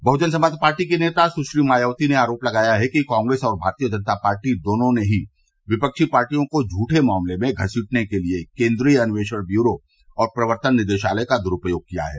Bahujan Samaj Party की नेता सुश्री मायावती ने आरोप लगाया है कि कांग्रेस और भारतीय जनता पार्टी दोनों ने ही विपक्षी पार्टियों को झूठे मामलों में घसीटने के लिए केंद्रीय अन्वेषण ब्यूरो और प्रवर्तन निदेशालय का दुरूपयोग किया है